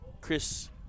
Chris